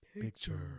picture